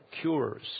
cures